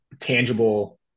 tangible